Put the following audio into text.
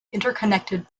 interconnected